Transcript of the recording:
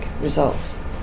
results